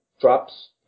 drops